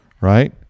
right